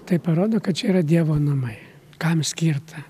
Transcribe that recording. tai parodo kad čia yra dievo namai kam skirta